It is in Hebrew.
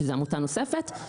שזו עמותה נוספת,